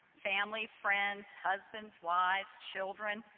family, friends, husbands, wives, children,